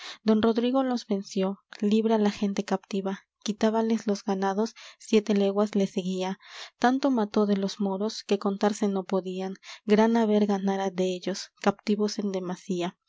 don rodrigo los venció libra la gente captiva quitábales los ganados siete leguas les seguía tantos mató de los moros que contarse no podían gran haber ganara dellos captivos en demasía